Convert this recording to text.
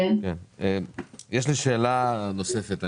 שאלה נוספת.